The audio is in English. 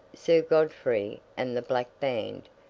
sir godfrey and the black band,